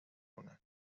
کنند